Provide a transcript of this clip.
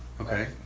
Okay